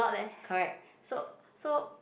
correct so so